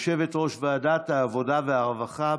יושבת-ראש ועדת העבודה והרווחה.